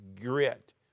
grit